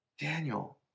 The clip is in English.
Daniel